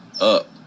up